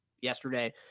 yesterday